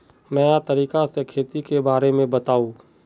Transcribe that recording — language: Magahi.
नया तरीका से खेती के बारे में बताऊं?